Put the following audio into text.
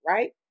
Right